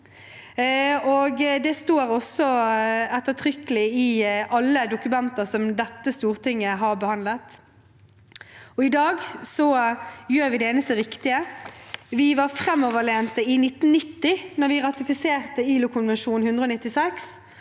Det står også ettertrykkelig i alle dokumenter dette storting har behandlet. I dag gjør vi det eneste riktige. Vi var framoverlente i 1990, da vi ratifiserte ILO-konvensjon nr.